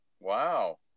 Wow